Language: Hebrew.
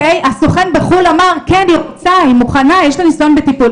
הסוכן בחו"ל אמר שהיא רוצה והיא מוכנה ויש לה ניסיון בטיפול.